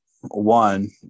One